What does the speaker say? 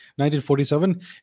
1947